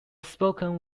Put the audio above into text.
spoken